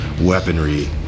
weaponry